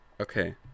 Okay